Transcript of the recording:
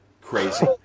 Crazy